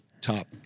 top